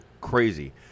crazy